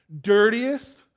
dirtiest